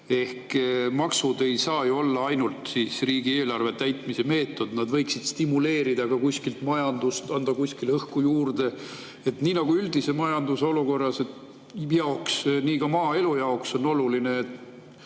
Ehk maksud ei saa ju olla ainult riigieelarve täitmise meetod, need võiksid stimuleerida ka kuskilt majandust, anda kuskile õhku juurde. Nii nagu üldise majandusolukorra jaoks on ka maaelu jaoks oluline, et